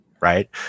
right